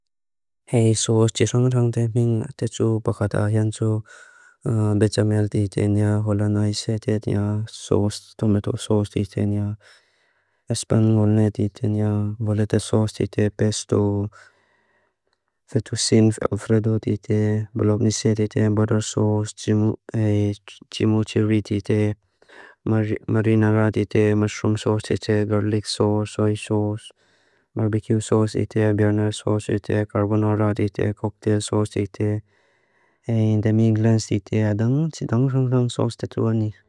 Hei, sós tísangatang té ming tétu, pakatá yántu, bechamel tí téniá, hollandaisé téniá, sós, tomato sós tí téniá, espanhol net téniá, voleta sós tí té, pesto, fetusín elfredo tí té, blob nísé tí té, butter sós, chimuchirit tí té, marinarad tí té, mushroom sós tí té, garlic sós, soy sós, barbecue sós tí té, burner sós tí té, carbonarad tí té, cocktail sós tí té, in the ming lens tí té, dan tí dan ran ran sós tétu áni.